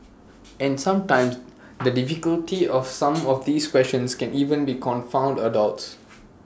and sometimes the difficulty of some of these questions can even confound adults